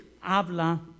habla